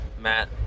Matt